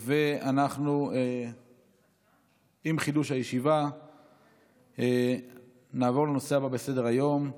עם חידוש הישיבה נעבור לנושא הבא בסדר-היום: